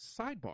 Sidebar